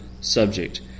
subject